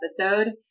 episode